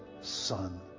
son